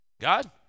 God